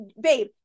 babe